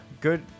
Good